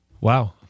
Wow